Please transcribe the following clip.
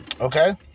Okay